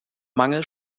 mangel